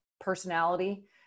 personality